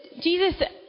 Jesus